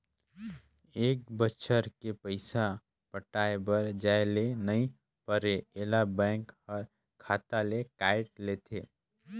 ए बच्छर के पइसा पटाये बर जाये ले नई परे ऐला बेंक हर खाता ले कायट लेथे